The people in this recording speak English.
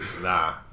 nah